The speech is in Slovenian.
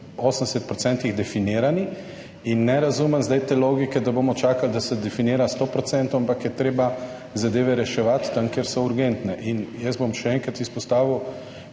v 80 %, definirani, in ne razumem zdaj te logike, da bomo čakali, da se definira 100-odstotno, ampak je treba zadeve reševati tam, kjer so urgentne. Jaz bom še enkrat izpostavil